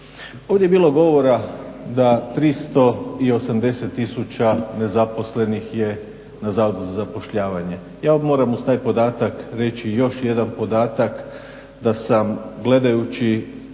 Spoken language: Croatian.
Ovdje je bilo govora da 380 tisuća nezaposlenih je na Zavodu za zapošljavanje. Ja ovdje moram staviti podatak, reći još jedan podatak da sam gledajući